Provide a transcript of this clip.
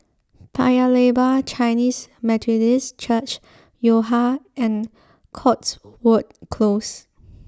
Paya Lebar Chinese Methodist Church Yo Ha and Cotswold Close